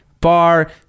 bar